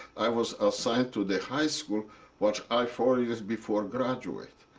i was assigned to the high school which i, four years before, graduate.